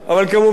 אבל כמובן,